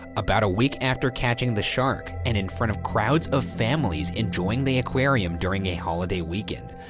about a week after catching the shark, and in front of crowds of families enjoying the aquarium during a holiday weekend,